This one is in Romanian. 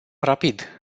rapid